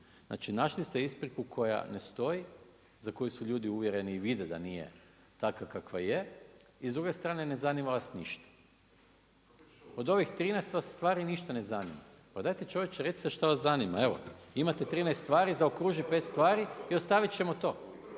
Znači, našli ste ispriku koja ne stoji, za koju su ljudi uvjereni i vide da nije takva kakva je. I s druge strane ne zanima vas ništa. Od ovih 13 vas stvari ništa vas ne zanima. Pa dajte, čovječe recite šta vas zanima. Evo, imate 13 stvari, zaokruži 5 stvari i ostaviti ćemo to